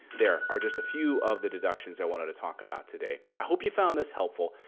there are just a few of the deductions i wanted to talk about today. i hope you found this helpful.